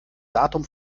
datum